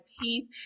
peace